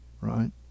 right